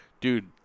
dude